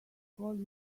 call